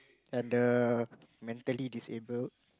and the mentally disabled